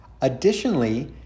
Additionally